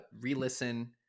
re-listen